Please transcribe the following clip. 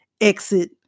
exit